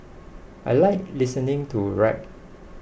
I like listening to rap